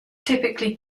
typically